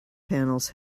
panels